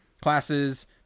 classes